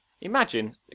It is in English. imagine